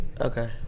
Okay